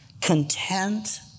Content